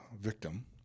victim